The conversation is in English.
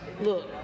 look